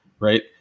right